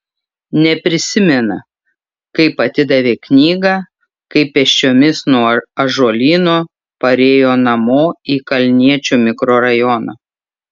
neprisimena kaip atidavė knygą kaip pėsčiomis nuo ąžuolyno parėjo namo į kalniečių mikrorajoną